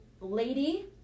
lady